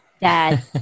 dad